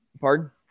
Pardon